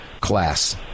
class